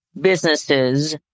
businesses